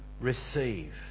receive